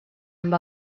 amb